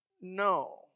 no